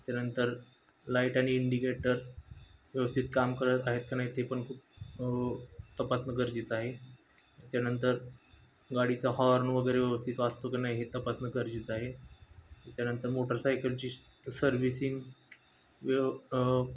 त्याच्यानंतर लाईट आणि इंडिकेटर व्यवस्थित काम करत आहेत का नाही ते पण खूप तपासण गरजेच आहे त्याच्यानंतर गाडीचं हॉर्न वगैरे व्यवस्थित वाजतो कि नाही हे तपासण गरजेच आहे त्याच्यानंतर मोटरसायकलची सर्व्हिसिंग व्यव